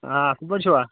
آ اَصٕل پٲٹھۍ چھِوا